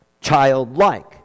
Childlike